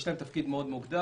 יש להם תפקיד מוגדר מאוד.